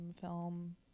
film